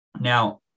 Now